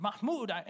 Mahmoud